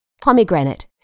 Pomegranate